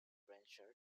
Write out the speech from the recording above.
rancher